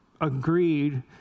agreed